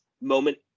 moment